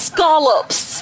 Scallops